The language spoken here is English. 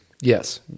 Yes